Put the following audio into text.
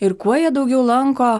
ir kuo jie daugiau lanko